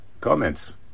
comments